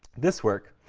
this work.